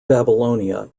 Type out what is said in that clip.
babylonia